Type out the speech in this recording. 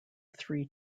three